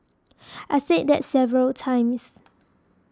I said that several times